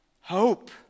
Hope